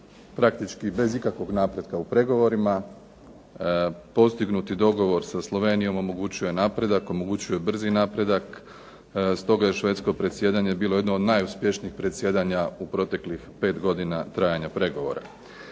praktički bez ikakvog napretka u pregovorima. Postignuti dogovor sa Slovenijom omogućuje napredak, omogućuje brzi napredak, stoga je Švedsko predsjedanje bilo jedno od najuspješnijih predsjedanja u proteklih 5 godina trajanja pregovora.